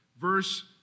verse